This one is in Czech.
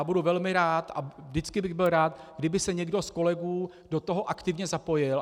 Budu velmi rád a vždycky bych byl rád, kdyby se někdo z kolegů do toho aktivně zapojil.